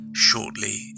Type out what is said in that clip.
shortly